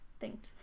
Thanks